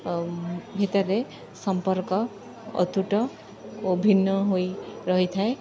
ଭିତରେ ସମ୍ପର୍କ ଅତୁଟ ଓ ଭିନ୍ନ ହୋଇ ରହିଥାଏ